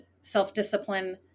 self-discipline